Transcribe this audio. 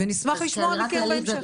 ואנחנו נשמח לשמוע מכם בהמשך.